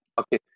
Okay